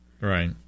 Right